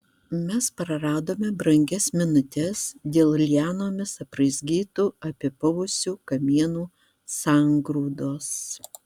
mes praradome brangias minutes dėl lianomis apraizgytų apipuvusių kamienų sangrūdos